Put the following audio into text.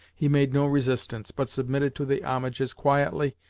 he made no resistance, but submitted to the homage as quietly,